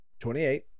$28